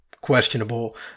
questionable